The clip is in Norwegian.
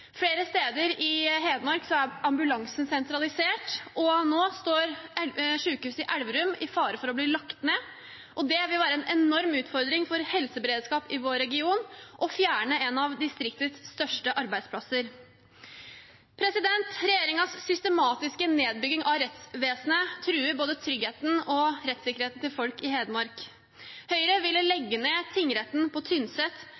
Flere steder i Hedmark er ambulansene sentralisert, og nå står sykehuset i Elverum i fare for å bli lagt ned. Det vil være en enorm utfordring for helseberedskapen i vår region å fjerne en av distriktets største arbeidsplasser. Regjeringens systematiske nedbygging av rettsvesenet truer både tryggheten og rettssikkerheten til folk i Hedmark. Høyre ville legge ned tingretten på Tynset,